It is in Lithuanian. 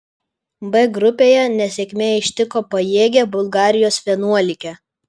b grupėje nesėkmė ištiko pajėgią bulgarijos vienuolikę